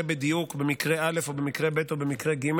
בדיוק במקרה א' או במקרה ב' או במקרה ג',